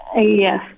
Yes